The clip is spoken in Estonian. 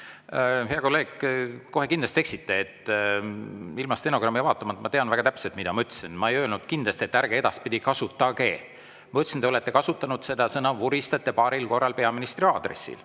Hea kolleeg, te kohe kindlasti eksite. Ilma stenogrammi vaatamata ma tean väga täpselt, mida ma ütlesin. Ma ei öelnud kindlasti, et ärge edaspidi kasutage. Ma ütlesin, et te olete kasutanud seda sõna "vuristate" paaril korral peaministri aadressil.